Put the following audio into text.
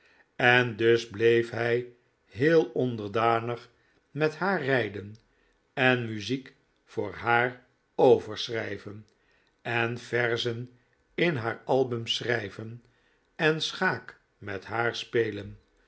en dus bleef hij heel onderdanig met haar rijden en muziek voor haar overschrijven en verzen in haar albums schrijven en schaak met haar spelen